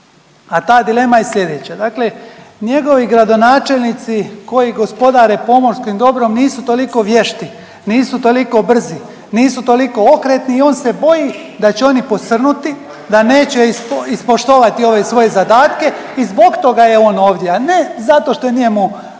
a ta dilema je slijedeća. Dakle, njegovi gradonačelnici koji gospodare pomorskim dobrom nisu toliko vješti, nisu toliko brzi, nisu toliko okretni i on se boji da će oni posrnuti da neće ispoštovati ove svoje zadatke i zbog toga je on ovdje, a ne zato što je njemu